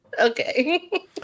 Okay